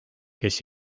kes